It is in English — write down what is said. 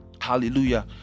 Hallelujah